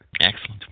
Excellent